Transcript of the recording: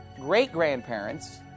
great-grandparents